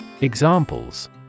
Examples